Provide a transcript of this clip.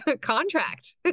contract